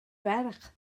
ferch